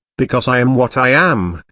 because i am what i am,